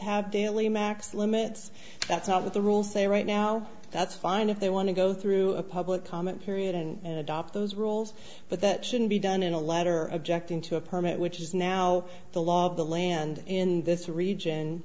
have daily max limits that's not what the rules say right now that's fine if they want to go through a public comment period and adopt those rules but that shouldn't be done in a letter objecting to a permit which is now the law of the land in this region